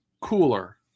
cooler